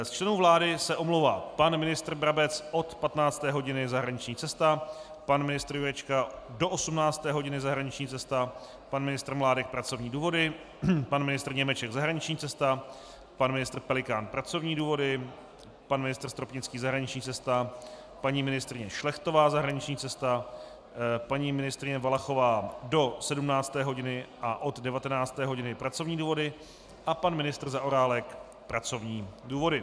Z členů vlády se omlouvá pan ministr Brabec od 15. hodiny zahraniční cesta, pan ministr Jurečka do 18. hodiny zahraniční cesta, pan ministr Mládek pracovní důvody, pan ministr Němeček zahraniční cesta, pan ministr Pelikán pracovní důvody, pan ministr Stropnický zahraniční cesta, paní ministryně Šlechtová zahraniční cesta, paní ministryně Valachová do 17. hodiny a od 19. hodiny pracovní důvody a pan ministr Zaorálek pracovní důvody.